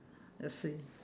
I see